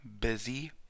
busy